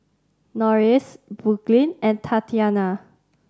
Norris Brooklynn and Tatyana